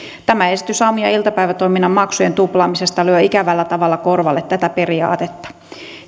tämä esitys aamu ja iltapäivätoiminnan maksujen tuplaamisesta lyö ikävällä tavalla korvalle tätä periaatetta